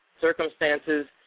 circumstances